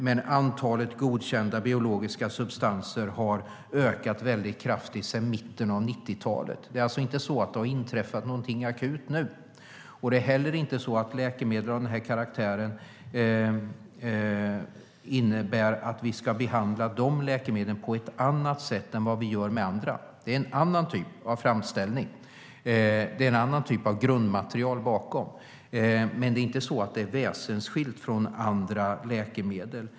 Men antalet godkända biologiska substanser har ökat väldigt kraftigt sedan mitten av 90-talet. Det har alltså inte inträffat någonting akut nu. Det är heller inte så att läkemedel av den här karaktären innebär att de ska behandlas på ett annat än sätt än andra läkemedel. Det är en annan typ av framställning och en annan typ av grundmaterial bakom. Men det är inte väsensskilt från andra läkemedel.